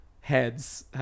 heads